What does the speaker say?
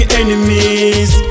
enemies